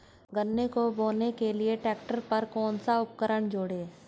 गन्ने को बोने के लिये ट्रैक्टर पर कौन सा उपकरण जोड़ें?